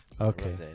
Okay